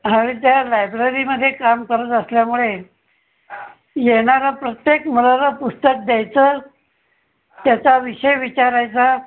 हा त्या लायब्ररीमध्ये काम करत असल्यामुळे येणाऱ्या प्रत्येक मुलाला पुस्तक द्यायचं त्याचा विषय विचारायचा